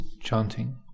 chanting